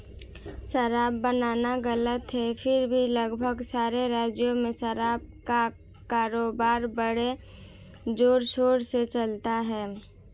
शराब बनाना गलत है फिर भी लगभग सारे राज्यों में शराब का कारोबार बड़े जोरशोर से चलता है